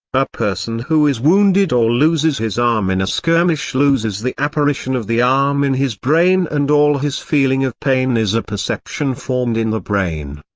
a person who is wounded or loses his arm in a skirmish loses the apparition of the arm in his brain and all his feeling of pain is a perception formed in the brain.